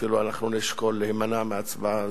אפילו אנחנו נשקול להימנע מההצבעה הזו.